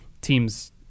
teams